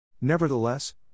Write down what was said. Nevertheless